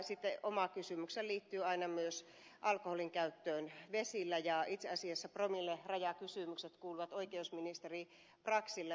sitten oma kysymyshän aina on myös alkoholinkäyttö vesillä ja itse asiassa promillerajakysymykset kuuluvat oikeusministeri braxille